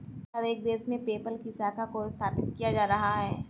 हर एक देश में पेपल की शाखा को स्थापित किया जा रहा है